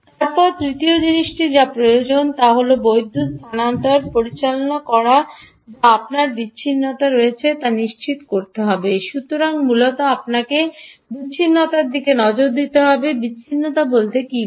তারপরে তৃতীয় জিনিসটি যা প্রয়োজন তা হল বিদ্যুৎ স্থানান্তর পরিচালনা করা যা আপনার বিচ্ছিন্নতা রয়েছে তা নিশ্চিত করতে হবে মূলত আপনাকে বিচ্ছিন্নতার দিকে নজর দিতে হবে বিচ্ছিন্নতা বলতে কী বোঝ